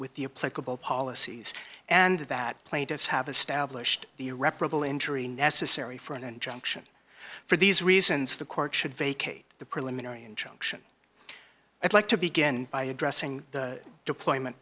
playable policies and that plaintiffs have established the irreparable injury necessary for an injunction for these reasons the court should vacate the preliminary injunction i'd like to begin by addressing the deployment